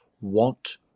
want